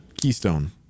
keystone